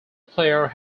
player